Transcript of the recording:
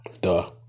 Duh